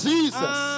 Jesus